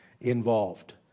involved